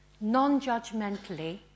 non-judgmentally